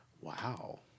Wow